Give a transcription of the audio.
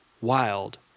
wild